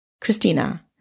Christina